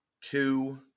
two